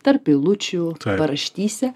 tarp eilučių paraštyse